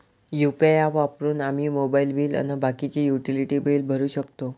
UPI app वापरून आम्ही mobile bill अन बाकीचे युटिलिटी बिल भरू शकतो